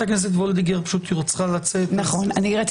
חברת